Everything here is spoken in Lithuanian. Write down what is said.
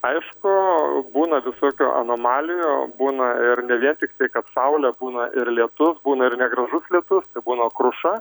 aišku būna visokių anomalijų būna ir ne vien tiktai kad saulė būna ir lietus būna ir negražus lietus tai būna kruša